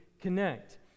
connect